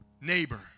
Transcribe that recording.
Neighbor